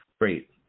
Great